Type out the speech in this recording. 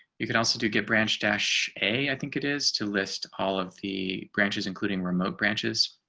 you can also do get branch dash a i think it is to list all of the branches, including remote branches,